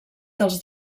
dels